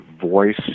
voice